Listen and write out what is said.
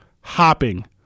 hopping